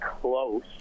close